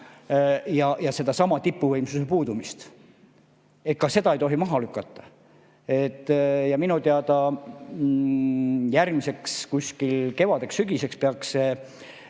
ja sedasama tipuvõimsuse puudumist. Ka seda ei tohi maha lükata. Minu teada järgmiseks kevadeks-sügiseks peaks